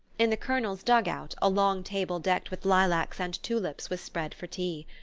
in the colonel's dugout a long table decked with lilacs and tulips was spread for tea.